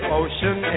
ocean